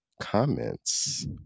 comments